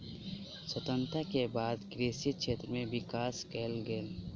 स्वतंत्रता के बाद कृषि क्षेत्र में विकास कएल गेल